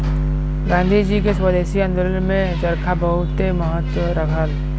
गांधी जी के स्वदेशी आन्दोलन में चरखा बहुते महत्व रहल